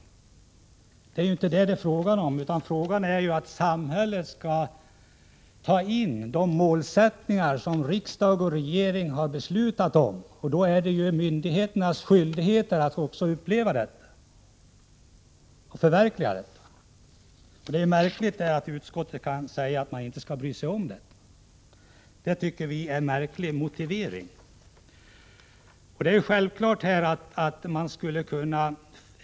Det handlar ju inte om detta, utan det gäller att samhället skall ta in de målsättningar som riksdag och regering har beslutat om. Och då är det myndigheternas skyldighet att också förverkliga dem. Det är märkligt att utskottet kan säga att myndigheterna inte skall bry sig om detta.